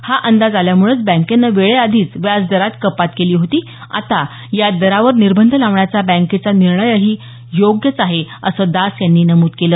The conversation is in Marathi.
हा अंदाज आल्यामुळेच बँकेने वेळेआधीच व्याज दरात कपात केली होती आता या दरावर निर्बंध लावण्याचा बँकेचा निर्णयही योग्यच आहे असं दास यांनी नमूद केलं